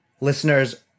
listeners